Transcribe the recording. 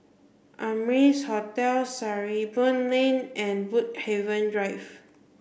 Amrise Hotel Sarimbun Lane and Woodhaven Drive